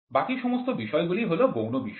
বাকি সমস্ত বিষয় গুলি হল গৌণ বিষয়